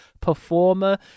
performer